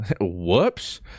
Whoops